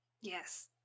Yes